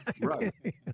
Right